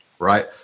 right